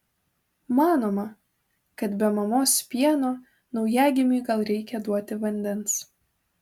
manoma kad be mamos pieno naujagimiui gal reikia duoti vandens